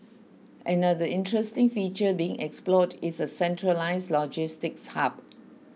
another interesting feature being explored is a centralised logistics hub